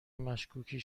مشکوکی